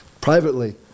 privately